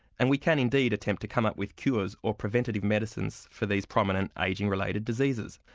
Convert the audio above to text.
and we can indeed attempt to come up with cures or preventative medicines for these prominent ageing-related diseases.